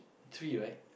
three right